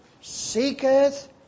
seeketh